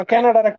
Canada